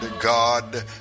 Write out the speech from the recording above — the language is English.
God